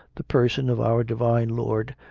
the person of our divine lord,